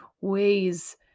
ways